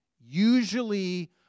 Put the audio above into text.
Usually